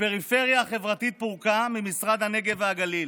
הפריפריה החברתית פורקה ממשרד הנגב והגליל,